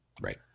Right